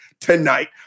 tonight